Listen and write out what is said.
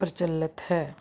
ਪ੍ਰਚਲਤ ਹੈ